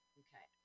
okay